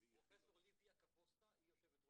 היא מאיכילוב.